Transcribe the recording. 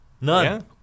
None